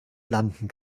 landen